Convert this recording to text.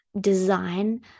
design